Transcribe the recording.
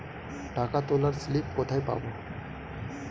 টাকা তোলার স্লিপ কোথায় পাব?